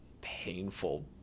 painful